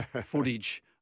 footage